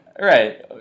Right